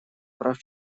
прав